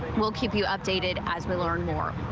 we'll keep you updated as we learn more.